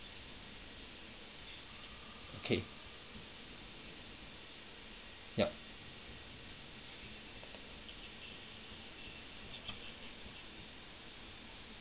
okay ya